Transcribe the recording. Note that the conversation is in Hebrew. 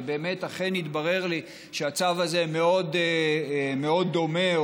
ובאמת יתברר לי שהצו הזה מאוד מאוד דומה,